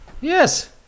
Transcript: Yes